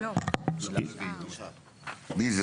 מי זה?